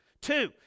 Two